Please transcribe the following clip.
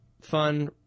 fun